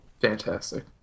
Fantastic